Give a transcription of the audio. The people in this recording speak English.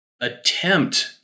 attempt